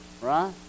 Right